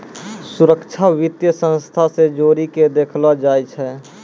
सुरक्षा वित्तीय संस्था से जोड़ी के देखलो जाय छै